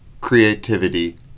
creativity